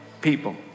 people